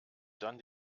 dann